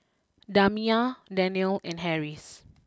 Damia Danial and Harris